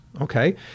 okay